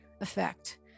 effect